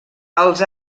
els